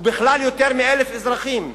ובכלל יותר מ-1,000 אזרחים,